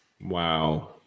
Wow